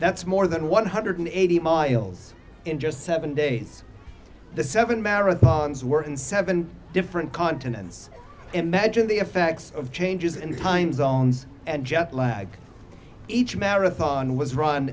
that's more than one hundred eighty miles in just seven days the seven marathons work in seven different continents imagine the effects of changes in the time zones and jetlag each marathon was run